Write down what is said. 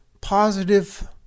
positive